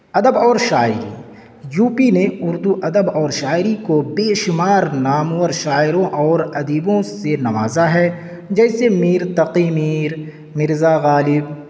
ادب اور شاعری یو پی نے اردو ادب اور شاعری کو بے شمار نامور شاعروں اور ادیبوں سے نوازا ہے جیسے میر تقی میر مرزا غالب